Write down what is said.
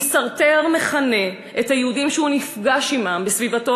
אם סארטר מכנה את היהודים שהוא נפגש עמם בסביבתו